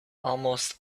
almost